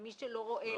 למי שלא רואה,